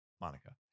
Monica